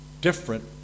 different